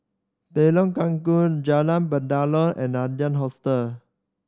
Telok Kurau Jalan Batalong and Adler Hostel